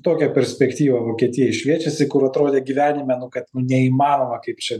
tokia perspektyva vokietijai šviečiasi kur atrodė gyvenime nu kad neįmanoma kaip čia